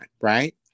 right